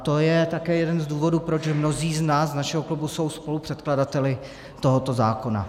To je také jeden z důvodů, proč mnozí z nás z našeho klubu jsou spolupředkladateli tohoto zákona.